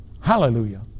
Hallelujah